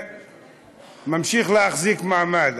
שממשיך להחזיק מעמד.